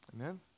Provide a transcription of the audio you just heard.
Amen